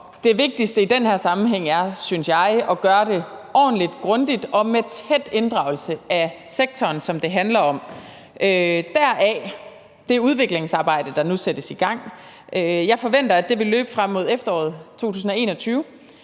det vigtigste i den her sammenhæng er, synes jeg, at gøre det ordentligt, grundigt og med tæt inddragelse af sektoren, som det handler om. Deraf det udviklingsarbejde, der nu sættes i gang. Jeg forventer, at det vil løbe frem mod efteråret 2021.